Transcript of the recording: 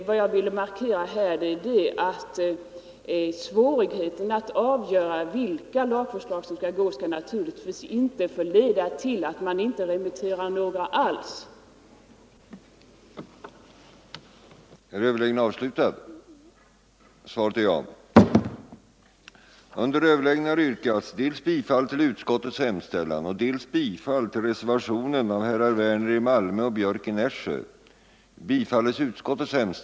Vad jag ville markera här var att svårigheten att avgöra vilka lagförslag som skall gå till lagrådet naturligtvis inte skall kunna leda till att man inte remitterar några förslag alls.